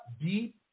deep